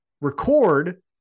Record